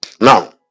Now